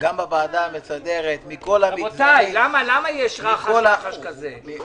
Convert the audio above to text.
גם בוועדה המסדרת, מכל המגזרים, מכל